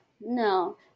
No